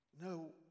No